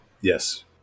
Yes